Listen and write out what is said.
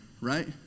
Right